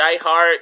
diehard